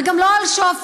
וגם לא על שועפאט,